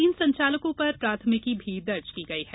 तीन संचालकों पर प्राथमिकी भी दर्ज की गई है